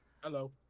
hello